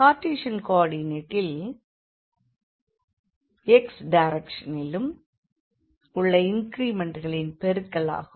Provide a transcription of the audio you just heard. Cartesian கோ ஆர்டிநேட்டில் x டைரக் ஷனிலும் உள்ள இங்க்ரிமெண்ட்களின் பெருக்கல் ஆகும்